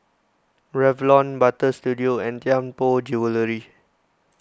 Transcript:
Revlon Butter Studio and Tianpo Jewellery